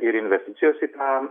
ir investicijos į tą